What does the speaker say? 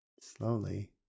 slowly